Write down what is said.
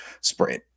spread